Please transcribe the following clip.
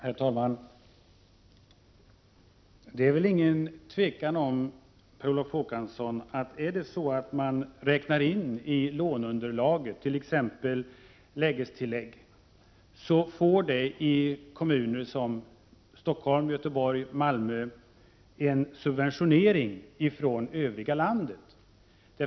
Prot. 1987/88:46 Herr talman! Det är inget tvivel om, Per Olof Håkansson, att om 16 december 1987 lägestillägget räknas in i underlaget, får kommuner som Stockholm, Göte ZIG GA borg och Malmö en subvention från övriga landet.